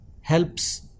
helps